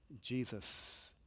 Jesus